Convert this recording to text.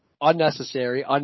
unnecessary